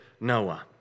Noah